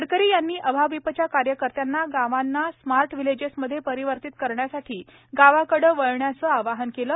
गडकरी यांनी अभाविपच्या कार्यकर्त्यांना गावांना स्मार्ट व्हिलेजेस मध्येपरिवर्तित करण्यासाठी गावाकडे वळण्याच आवाहन केले